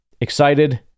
excited